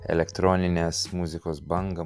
elektroninės muzikos bangą